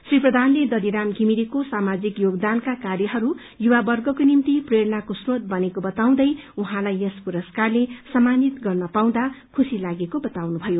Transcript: श्री प्रधानले दथिराम थिमिरेको सामाजिक योगदानका कार्यहरू युवावर्गको निम्ति प्रेरणाको श्रोत बनेको बताउँदै उहाँलाई यस पुरस्कारले सम्मानित गर्न पाउँदा खुश्री लागेको बताउनुषयो